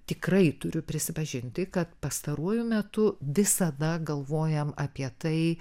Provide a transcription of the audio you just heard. tikrai turiu prisipažinti kad pastaruoju metu visada galvojam apie tai